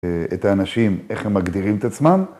את האנשים, איך הם מגדירים את עצמם.